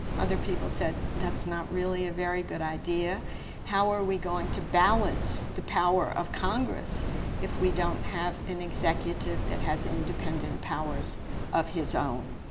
other people said that's not really a very good idea how are we going to balance the power of congress if we don't have an executive that has independent powers of his own.